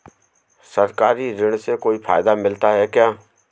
सरकारी ऋण से कोई फायदा मिलता है क्या?